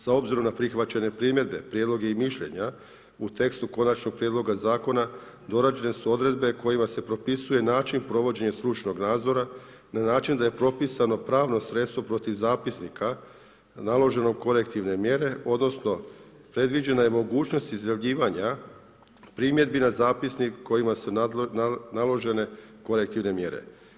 Sa obzirom na prihvaćene primjedbe, prijedloge i mišljenja u tekstu konačnog prijedloga zakona dorađene su odredbe kojima se propisuje način provođenja stručnog nadzora na način da je propisano pravno sredstvo protiv zapisnika naloženog korektivne mjere, odnosno predviđena je mogućnost izjavljivanja primjedbi na zapisnik kojima su naložene korektivne mjere.